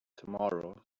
tomorrow